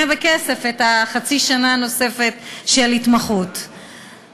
בכסף את חצי השנה הנוספת של התמחות,